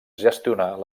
gestionar